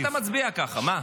מה אתה מצביע ככה, מה?